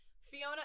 Fiona